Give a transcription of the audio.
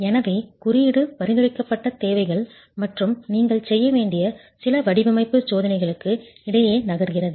எனவே குறியீடு பரிந்துரைக்கப்பட்ட தேவைகள் மற்றும் நீங்கள் செய்ய வேண்டிய சில வடிவமைப்பு சோதனைகளுக்கு இடையே நகர்கிறது